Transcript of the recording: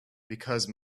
because